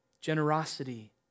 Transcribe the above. generosity